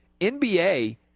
NBA